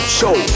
show